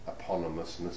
eponymousness